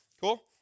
Cool